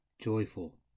joyful